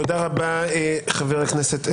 תודה רבה, חבר הכנסת סגלוביץ',